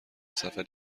سفری